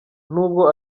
nubwo